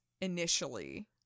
initially